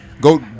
go